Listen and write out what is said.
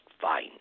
fine